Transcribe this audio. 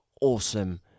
awesome